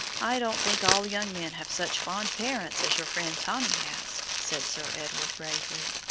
i don't think all young men have such fond parents as your friend tommy has, said sir edward gravely.